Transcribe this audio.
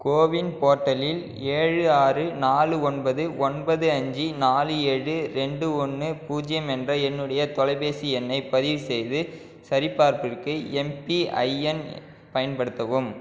CoWIN போர்ட்டலில் ஏழு ஆறு நாலு ஒன்பது ஒன்பது அஞ்சி நாலு ஏழு ரெண்டு ஒன்று பூஜ்யம் என்ற என்னுடைய தொலைபேசி எண்ணை பதிவு செய்து சரிபார்ப்புக்கு எம்பிஐஎன் பயன்படுத்தவும்